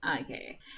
Okay